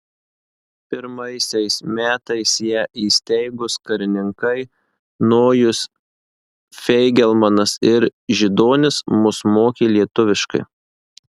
pirmaisiais metais ją įsteigus karininkai nojus feigelmanas ir židonis mus mokė lietuviškai